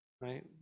right